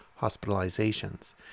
hospitalizations